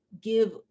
Give